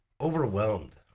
overwhelmed